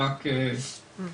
אף אחד